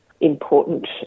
important